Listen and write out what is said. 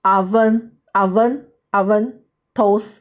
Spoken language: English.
oven oven oven toast